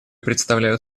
представляют